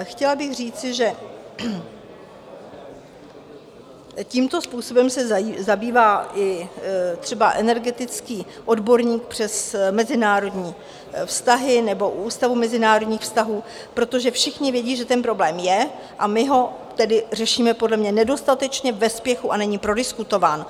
Chtěla bych říci, že tímto způsobem se zabývá i třeba energetický odborník přes mezinárodní vztahy, nebo Ústavu mezinárodních vztahů, protože všichni vědí, že ten problém je, a my ho tedy řešíme podle mě nedostatečně, ve spěchu a není prodiskutován.